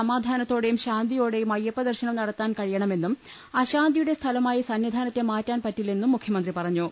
സമാധാനത്തോടെയും ശാന്തിയോടെയും അയ്യപ്പ ദർശനം നടത്താൻ കഴിയണമെന്നും അശാന്തിയുടെ സ്ഥലമായി സന്നിധാനത്തെ മാറ്റാൻ പറ്റില്ലെന്നും മുഖ്യമന്ത്രി പറഞ്ഞു